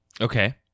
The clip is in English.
okay